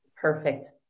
Perfect